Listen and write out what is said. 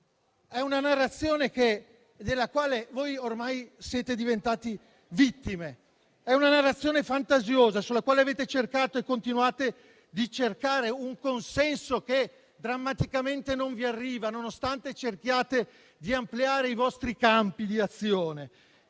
una narrazione della quale ormai siete diventati vittime, fantasiosa sulla quale avete cercato e continuate a cercare un consenso che drammaticamente non vi arriva, nonostante cerchiate di ampliare i vostri campi d'azione.